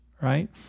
right